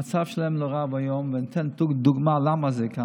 המצב שלהם נורא ואיום, ואתן גם דוגמה למה זה.